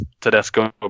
Tedesco